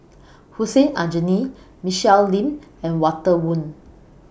Hussein Aljunied Michelle Lim and Walter Woon